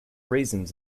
raisins